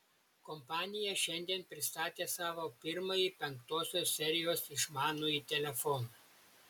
kompanija šiandien pristatė savo pirmąjį penktosios serijos išmanųjį telefoną